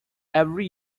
every